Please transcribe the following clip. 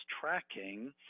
tracking